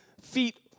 feet